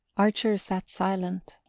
archer sat silent,